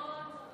עידן רול.